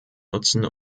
nutzen